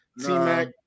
T-Mac